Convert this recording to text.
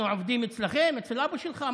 אנחנו עובדים אצל אבא שלך?